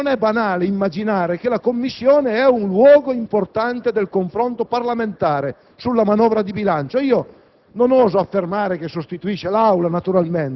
Allora, come lei ricordava, signor Presidente, non è banale immaginare che la Commissione è un luogo importante del confronto parlamentare sulla manovra di bilancio.